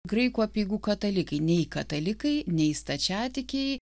graikų apeigų katalikai nei katalikai nei stačiatikiai